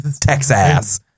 Texas